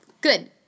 Good